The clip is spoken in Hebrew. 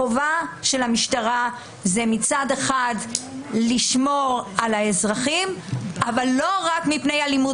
החובה של המשטרה היא מצד אחד לשמור על האזרחים אבל לא רק מפני אלימות